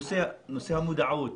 נושא המודעות,